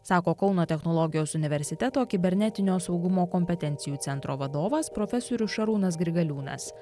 sako kauno technologijos universiteto kibernetinio saugumo kompetencijų centro vadovas profesorius šarūnas grigaliūnas